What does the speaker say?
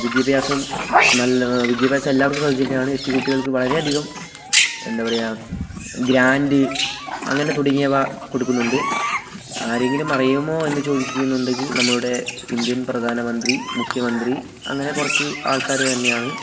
വിദ്യാഭ്യാസം നല്ല വിദ്യാഭ്യാസം എല്ലാവർക്കും സൗജന്യമാണ് എസ് റ്റി കുട്ടികൾക്ക് വളരെയധികം എന്താ പറയുക ഗ്രാൻഡ് അങ്ങനെ തുടങ്ങിയവ കൊടുക്കുന്നുണ്ട് ആരെങ്കിലുമറിയാമോ എന്ന് ചോദിക്കുന്നുണ്ടെങ്കിൽ നമ്മളുടെ ഇന്ത്യൻ പ്രധാനമന്ത്രി മുഖ്യമന്ത്രി അങ്ങനെ കുറച്ച് ആൾക്കാര് തന്നെയാണ്